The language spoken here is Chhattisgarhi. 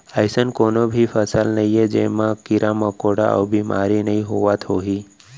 अइसन कोनों भी फसल नइये जेमा कीरा मकोड़ा अउ बेमारी नइ होवत होही